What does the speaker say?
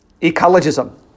ecologism